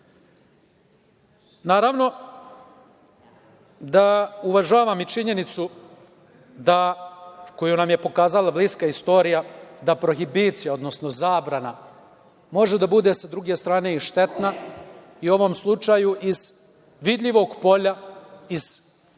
danguba. Naravno da uvažavam i činjenicu koju nam je pokazala bliska istorija, da prohibicija, odnosno zabrana može da bude, s druge strane, i štetna i u ovom slučaju iz vidljivog polja. Iz apsolutne